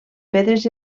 pedres